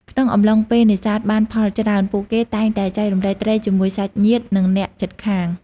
ក្នុងកំឡុងពេលនេសាទបានផលច្រើន ពួកគេតែងតែ ចែករំលែក ត្រីជាមួយសាច់ញាតិនិងអ្នកជិតខាង។